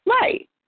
Right